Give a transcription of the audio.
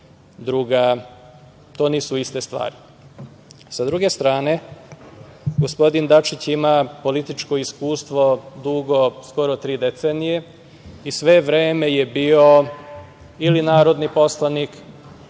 stranke nisu iste stvari. Sa druge strane, gospodin Dačić ima političko iskustvo dugo skoro tri decenije i sve vreme je bio ili narodni poslanik